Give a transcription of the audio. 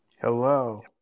hello